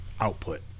output